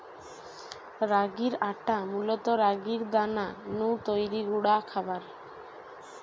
রাগির আটা মূলত রাগির দানা নু তৈরি গুঁড়া খাবার